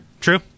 True